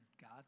God